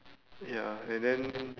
ya and then